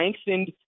strengthened